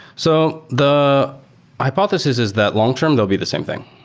so the hypothesis is that long-term there'll be the same thing.